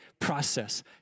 process